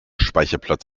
speicherplatz